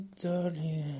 darling